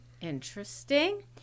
interesting